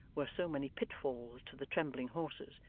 were so many pitfalls to the trembling horses,